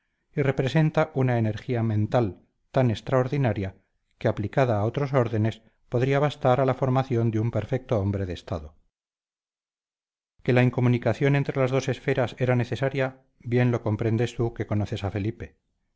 y representa una energía mental tan extraordinaria que aplicada a otros órdenes podría bastar a la formación de un perfecto hombre de estado que la incomunicación entre las dos esferas era necesaria bien lo comprendes tú que conoces a felipe